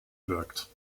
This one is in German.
wirkt